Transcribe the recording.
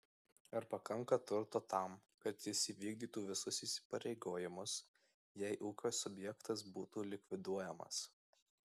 ar pakanka turto tam kad jis įvykdytų visus įsipareigojimus jei ūkio subjektas būtų likviduojamas